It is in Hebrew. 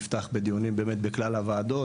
נפתח בדיונים באמת בכלל הוועדות,